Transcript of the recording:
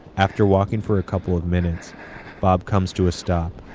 after walking for a couple of minutes bob comes to a stop.